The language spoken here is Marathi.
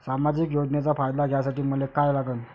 सामाजिक योजनेचा फायदा घ्यासाठी मले काय लागन?